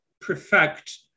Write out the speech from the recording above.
perfect